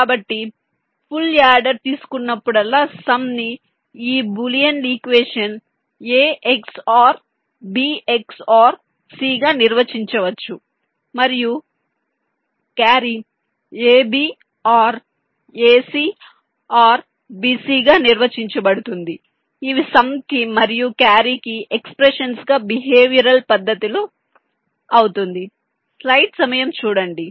కాబట్టి full adder తీసుకున్నప్పుడల్లా sum ని ఈ boolean equation A XOR B XOR C గా నిర్వచించవచ్చు మరియు carry AB OR AC OR BC గా నిర్వచించబడుతుంది ఇవి సమ్ కి మరియు క్యారీ కి ఎక్సప్రెషన్స్ గా బిహేవియరల్ పద్దతి లో అవుతుంది